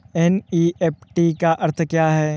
NEFT का अर्थ क्या है?